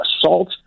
assault